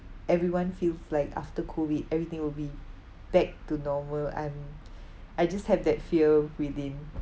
everyone feels like after COVID everything will be back to normal I'm I just have that fear within